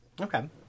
okay